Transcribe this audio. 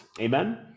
amen